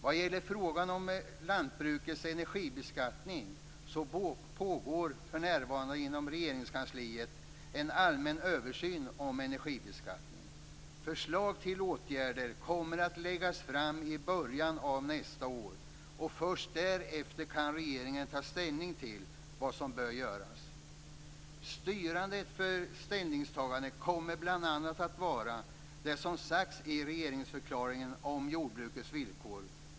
Vad gäller frågan om lantbrukets energibeskattning vill jag säga att det för närvarande pågår en allmän översyn av energibeskattningen inom Regeringskansliet. Förslag till åtgärder kommer att läggas fram i början av nästa år. Först därefter kan regeringen ta ställning till vad som bör göras. Styrande för ställningstagandet kommer bl.a. att vara det som sagts i regeringsförklaringen om jordbrukets villkor.